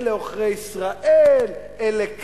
אלה עוכרי ישראל, אלה ככה,